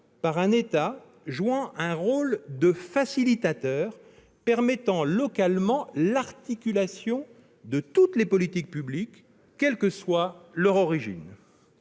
par un État qui joue un rôle de facilitateur, permettant localement l'articulation de toutes les politiques publiques, quelle que soit leur origine.